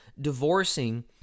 divorcing